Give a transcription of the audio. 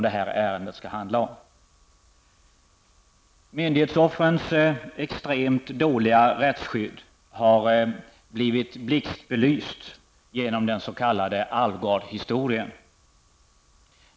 Det är vad ärendet skall handla om. Myndighetsoffrens extremt dåliga rättsskydd har blivit blixtbelyst genom den s.k. Alvgardhistorien.